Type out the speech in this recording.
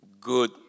good